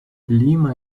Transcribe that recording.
lima